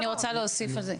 אני רוצה להוסיף על זה.